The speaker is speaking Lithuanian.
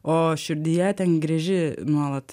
o širdyje ten gręži nuolat